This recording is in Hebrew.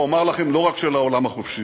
ואומר לכם: לא רק של העולם החופשי.